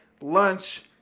lunch